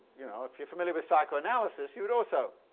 you know, if you're familiar with psychoanalysis you would also,